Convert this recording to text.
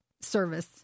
service